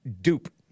dupe